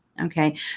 Okay